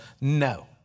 No